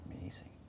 amazing